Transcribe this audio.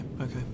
okay